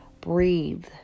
Breathe